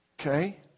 Okay